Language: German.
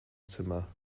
zimmer